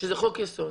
שזה חוק יסוד.